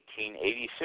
1886